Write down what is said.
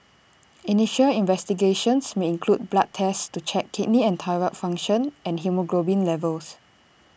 initial investigations may include blood tests to check kidney and thyroid function and haemoglobin levels